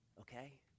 Okay